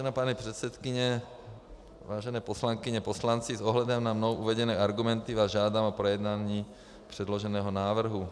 Vážená paní předsedkyně, vážené poslankyně, poslanci, s ohledem na mnou uvedené argumenty vás žádám o projednání předloženého návrhu.